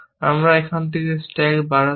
আমাকে এখান থেকে স্ট্যাক বাড়াতে দিন